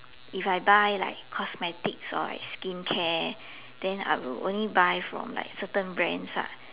if I buy like cosmetics or like skin care then I will only buy from like certain brands lah